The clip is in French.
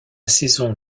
saison